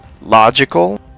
logical